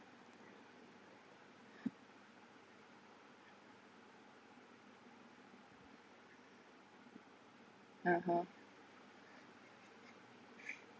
(uh huh)